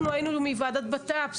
אנחנו היינו מוועדת בט"פ,